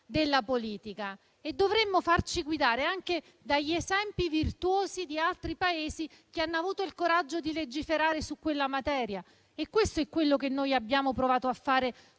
della politica. Dovremmo altresì farci guidare dagli esempi virtuosi di altri Paesi che hanno avuto il coraggio di legiferare su quella materia. Questo è quello che noi abbiamo provato a fare